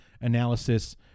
analysis